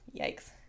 yikes